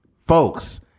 Folks